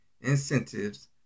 incentives